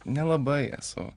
nelabai esu